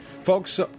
folks